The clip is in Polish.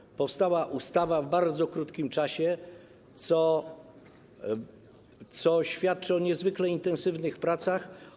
Ustawa powstała w bardzo krótkim czasie, co świadczy o niezwykle intensywnych pracach.